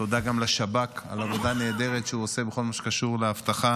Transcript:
תודה גם לשב"כ על העבודה הנהדרת שהוא עושה בכל מה שקשור לאבטחה,